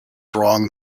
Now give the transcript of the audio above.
wrong